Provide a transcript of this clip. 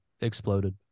exploded